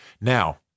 Now